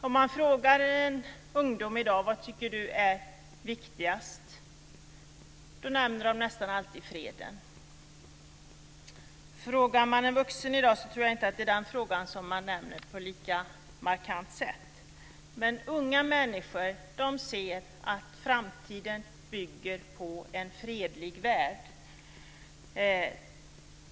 Om man frågar en ungdom i dag vad han eller hon tycker är viktigast så nämner de nästan alltid freden. Frågar man en vuxen i dag så tror jag inte att det är ett svar som man nämner på ett lika markant sätt. Men unga människor ser att framtiden bygger på en fredlig värld.